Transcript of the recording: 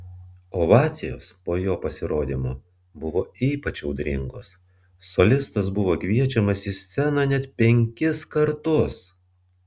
ovacijos po jo pasirodymo buvo ypač audringos solistas buvo kviečiamas į sceną net penkis kartus